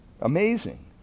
Amazing